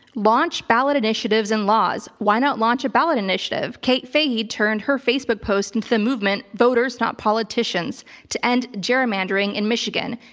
launch ballot initiatives and laws. why not launch a ballot initiative? kate faghe turned her facebook post into the movement voters not politicians to end gerrymandering in michigan.